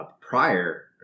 prior